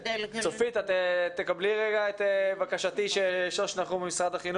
צופית, תקבלי את בקשתי ששוש נחום ממשרד החינוך